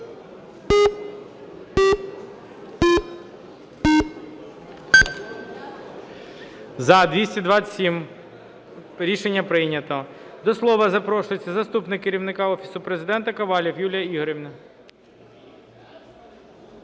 За-227 Рішення прийнято. До слова запрошується заступник Керівника Офісу Президента Ковалів Юлія Ігорівна.